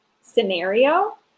scenario